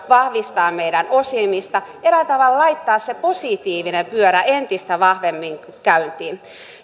vahvistaa meidän osaamistamme eräällä tavalla laittaa se positiivinen pyörä entistä vahvemmin käyntiin